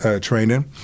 training